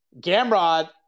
Gamrod